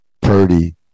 Purdy